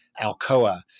Alcoa